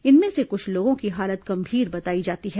इनमें से कुछ लोगों की हालत गंभीर बताई जाती है